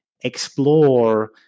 explore